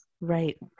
Right